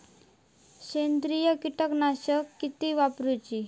सेंद्रिय कीटकनाशका किती वापरूची?